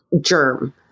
germ